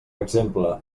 exemple